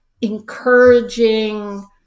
encouraging